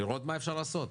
לראות מה אפשר לעשות.